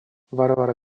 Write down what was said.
варвара